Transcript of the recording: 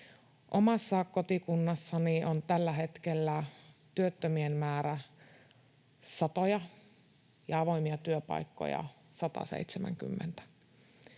Omassa kotikunnassani on tällä hetkellä työttömien määrä satoja, ja avoimia työpaikkoja on 170.